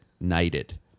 knighted